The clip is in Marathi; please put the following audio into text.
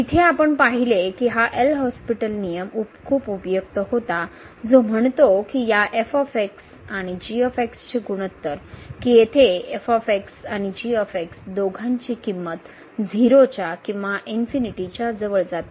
तिथे आपण पाहिले की हा एल हॉस्पिटल नियम खूप उपयुक्त होता जो म्हणतो की या आणि चे गुणोत्तर कि जेथे आणि दोघांची किंमत 0 च्या किंवा इन्फिनिटीच्या जवळ जाते